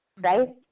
Right